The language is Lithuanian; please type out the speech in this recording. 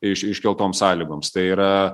iš iškeltoms sąlygoms tai yra